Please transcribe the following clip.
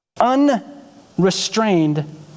Unrestrained